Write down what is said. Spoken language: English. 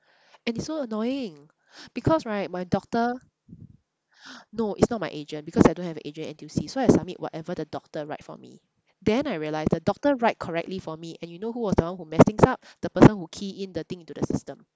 and it's so annoying because right my doctor no it's not my agent because I don't have agent N_T_U_C so I submit whatever the doctor write for me then I realise the doctor write correctly for me and you know who was one who messed things up the person who key in the thing into the system